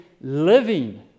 living